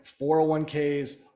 401ks